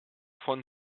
von